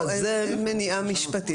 וממלכתי.